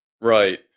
Right